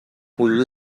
حدود